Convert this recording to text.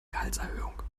gehaltserhöhung